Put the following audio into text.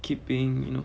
keeping